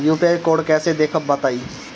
UPI code कैसे देखब बताई?